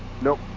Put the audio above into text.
Nope